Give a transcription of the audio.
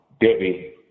Debbie